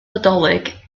nadolig